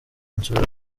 nsubira